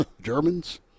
germans